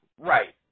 Right